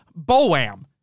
Boam